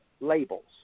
Labels